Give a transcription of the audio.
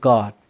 God